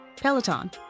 Peloton